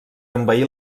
envair